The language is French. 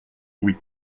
oui